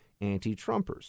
anti-Trumpers